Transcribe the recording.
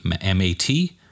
M-A-T